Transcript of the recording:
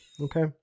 Okay